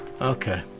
Okay